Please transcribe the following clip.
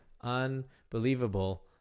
unbelievable